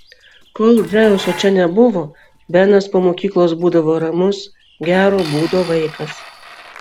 kol dzeuso čia nebuvo benas po mokyklos būdavo ramus gero būdo vaikas